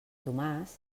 tomàs